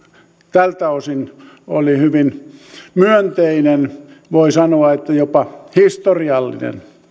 tältä osin oli hyvin myönteinen voi sanoa että jopa historiallinen